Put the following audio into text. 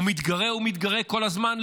הוא מתגרה ומתגרה כל הזמן,